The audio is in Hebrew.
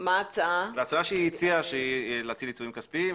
היא הציעה להטיל עצומים כספיים.